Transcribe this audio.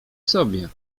sobie